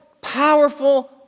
powerful